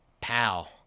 pal